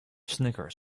snickers